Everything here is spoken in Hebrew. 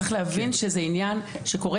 צריך להבין שזה עניין שקורה